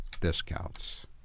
discounts